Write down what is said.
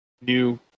new